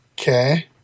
Okay